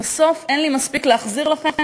בסוף אין לי מספיק להחזיר לכם,